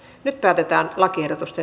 nyt päätetään lakiehdotusta